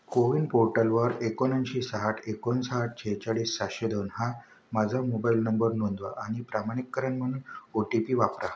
को विन पोर्टलवर एकोणऐंशी साठ एकोणसाठ शेहेचाळीस सहाशे दोन हा माझा मोबाईल नंबर नोंदवा आणि प्रमाणीकरण म्हणून ओ टी पी वापरा